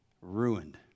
ruined